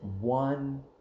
one